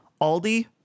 Aldi